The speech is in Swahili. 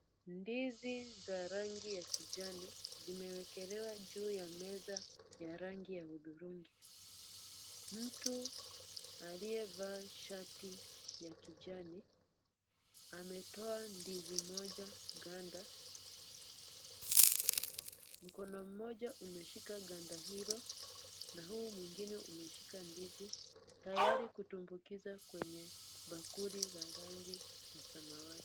Ndizi za rangi ya kijani zimewekelewa juu ya meza ya rangi ya hudhurungi. Mtu aliyevaa shati ya kijani, ametoa ndizi moja ganda, mkono mmoja umeshika ganda hilo na huu mwingine umeshika ndizi tayari kutumbukiza kwenye bakuli la rangi ya samawati.